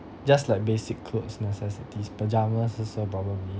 just like basic clothes necessities pyjamas also probably